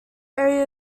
area